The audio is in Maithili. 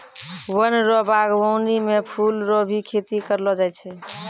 वन रो वागबानी मे फूल रो भी खेती करलो जाय छै